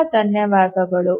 ತುಂಬ ಧನ್ಯವಾದಗಳು